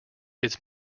its